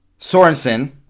Sorensen